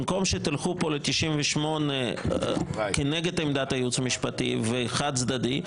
במקום שתלכו כאן ל-98 כנגד עמדת הייעוץ המשפטי וחד צדדי,